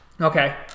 Okay